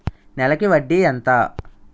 నెలకి వడ్డీ ఎంత?